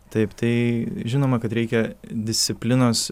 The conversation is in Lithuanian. taip tai žinoma kad reikia disciplinos